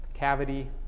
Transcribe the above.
cavity